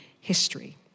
history